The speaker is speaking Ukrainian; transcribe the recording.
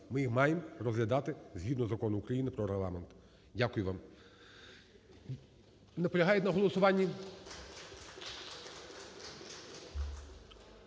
Ми їх маємо розглядати згідно Закону України про Регламент. Дякую вам.